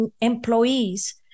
employees